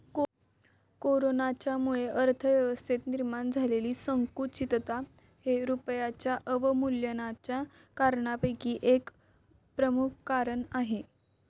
कोरोनाच्यामुळे अर्थव्यवस्थेत निर्माण झालेली संकुचितता हे रुपयाच्या अवमूल्यनाच्या कारणांपैकी एक प्रमुख कारण आहे